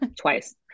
twice